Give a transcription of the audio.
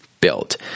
built